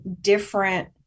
different